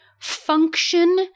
function